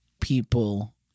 people